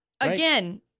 Again